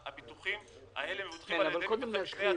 הביטוחים האלה מבוטחים על ידי מבטחי משנה.